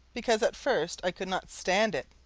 because at first i could not stand it,